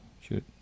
shoot